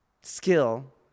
skill